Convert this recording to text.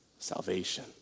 salvation